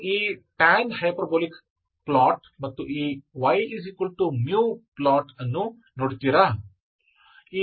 ನೀವು ಈ tan hyperbolic plot ಮತ್ತು ಈ y μ ಪ್ಲಾಟ್ ಅನ್ನು ನೋಡುತ್ತೀರಾ